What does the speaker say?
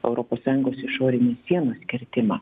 europos sąjungos išorinės sienos kirtimą